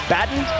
Batten